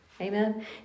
Amen